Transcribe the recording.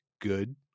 good